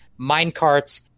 minecarts